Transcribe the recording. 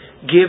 give